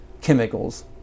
chemicals